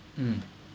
mm